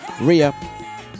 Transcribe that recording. Ria